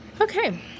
Okay